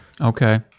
Okay